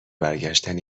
برگشتن